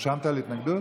נרשמת להתנגדות?